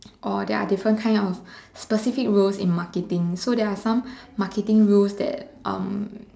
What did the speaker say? or there are different kind of specific rules in marketing so there are some marketing rules that um